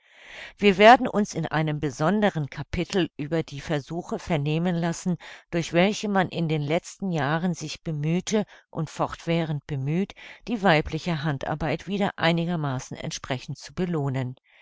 wir werden uns in einem besondern kapitel über die versuche vernehmen lassen durch welche man in den letzten jahren sich bemühte und fortwährend bemüht die weibliche handarbeit wieder einigermaßen entsprechend zu belohnen